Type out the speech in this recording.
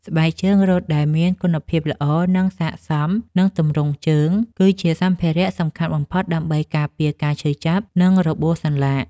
ស្បែកជើងរត់ដែលមានគុណភាពល្អ និងស័ក្តិសមនឹងទម្រង់ជើង គឺជាសម្ភារៈសំខាន់បំផុតដើម្បីការពារការឈឺចាប់ និងរបួសសន្លាក់។